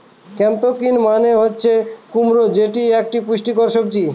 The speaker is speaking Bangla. পাম্পকিন মানে হচ্ছে কুমড়ো যেটি এক পুষ্টিকর সবজি